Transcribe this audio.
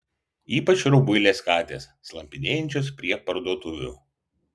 ypač rubuilės katės slampinėjančios prie parduotuvių